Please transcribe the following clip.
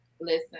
Listen